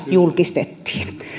julkistettiin